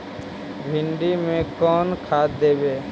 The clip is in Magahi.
भिंडी में कोन खाद देबै?